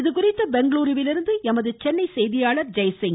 இதுகுறித்து பெங்களுருவிலிருந்து எமது சென்னை செய்தியாளர் ஜெயசிங்